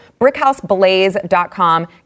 brickhouseblaze.com